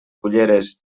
culleres